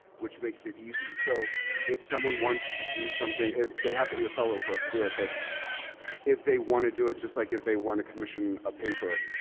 which makes it easy. so if someone wants to do something, they have to be a fellow for us to do it, but if they want to do it, just like if they want to commission a paper,